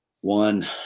one